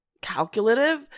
calculative